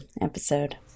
episode